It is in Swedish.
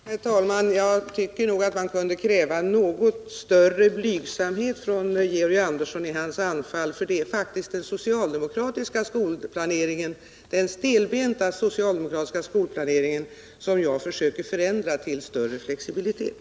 Herr talman! Jag tycker nog att man kunde kräva en något större blygsamhet från Georg Andersson i hans angrepp, för det är faktiskt den stelbenta socialdemokratiska skolplaneringen som jag försöker förändra till större flexibilitet.